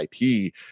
ip